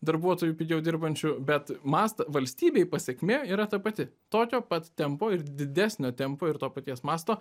darbuotojų pigiau dirbančių bet mąsta valstybei pasekmė yra ta pati tokio pat tempo ir didesnio tempo ir to paties masto